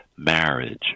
marriage